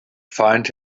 find